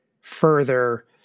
further